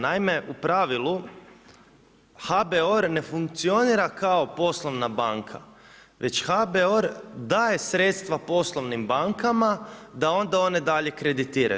Naime, u pravilu HBOR ne funkcionira kao poslovna banka, već HBOR daje sredstva poslovnim bankama da onda one dalje kreditiraju.